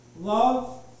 love